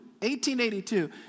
1882